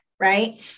right